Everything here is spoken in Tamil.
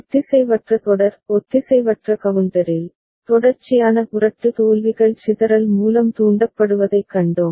ஒத்திசைவற்ற தொடர் ஒத்திசைவற்ற கவுண்டரில் தொடர்ச்சியான புரட்டு தோல்விகள் சிதறல் மூலம் தூண்டப்படுவதைக் கண்டோம்